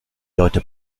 leute